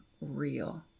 real